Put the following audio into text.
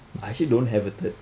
I actually don't have a third